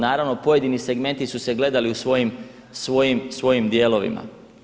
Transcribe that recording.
Naravno, pojedini segmenti su se gledali u svojim dijelovima.